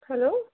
hello